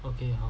okay